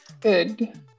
Good